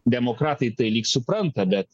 demokratai tai lyg supranta bet